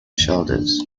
shoulders